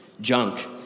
junk